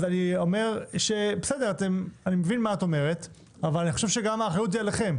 אני מבין מה את אומרת אבל האחריות היא גם עליכם.